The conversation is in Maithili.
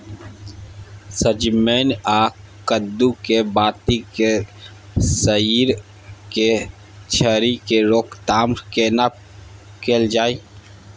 सजमैन आ कद्दू के बाती के सईर के झरि के रोकथाम केना कैल जाय?